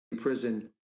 prison